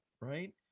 Right